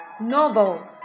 novel